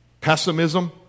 pessimism